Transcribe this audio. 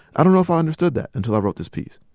i don't know if i understood that until i wrote this piece.